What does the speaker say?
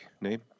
name